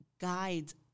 guides